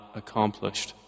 accomplished